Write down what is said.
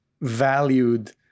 valued